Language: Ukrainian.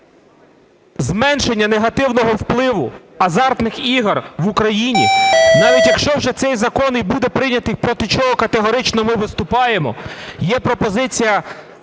зменшення негативного впливу азартних ігор в Україні, навіть якщо вже цей закон і буде прийнятий, проти чого категорично ми виступаємо, є пропозиція